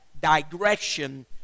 digression